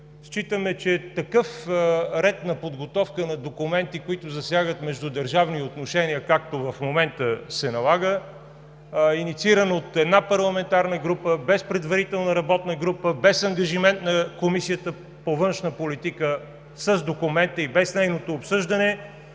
Считаме, че такъв ред на подготовка на документи, които засягат междудържавни отношения, както в момента се налага, иницииран от една парламентарна група, без предварителна работна група, без ангажимент на Комисията по външна политика с документа и без неговото обсъждане